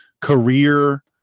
career